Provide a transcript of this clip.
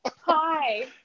Hi